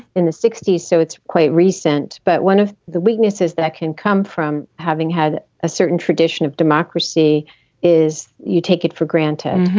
in the sixty s. so it's quite recent. but one of the weaknesses that can come from having had a certain tradition of democracy is you take it for granted.